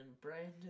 Brandon